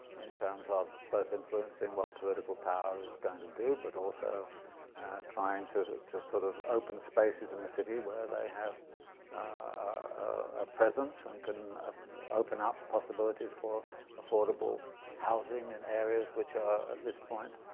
in terms of both influencing what political power is going to do, but also trying to to sort of open spaces in the city where they have a presence and can open up possibilities for affordable housing in areas which are at this point